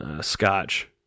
Scotch